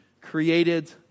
created